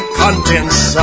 contents